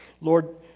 Lord